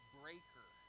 breaker